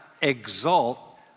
exalt